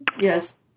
Yes